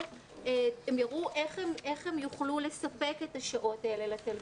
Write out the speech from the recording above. הם יראו איך הם יוכלו לספק את השעות האלה לתלמידים,